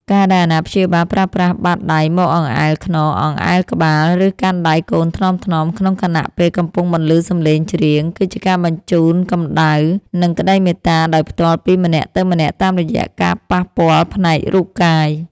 ការដែលអាណាព្យាបាលប្រើប្រាស់បាតដៃមកអង្អែលខ្នង អង្អែលក្បាល ឬកាន់ដៃកូនថ្នមៗក្នុងខណៈពេលកំពុងបន្លឺសំឡេងច្រៀង គឺជាការបញ្ជូនកម្ដៅ និងក្ដីមេត្តាដោយផ្ទាល់ពីម្នាក់ទៅម្នាក់តាមរយៈការប៉ះពាល់ផ្នែករូបកាយ។